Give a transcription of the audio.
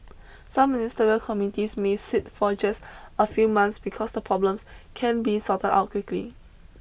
some ministerial committees may sit for just a few months because the problems can be sorted out quickly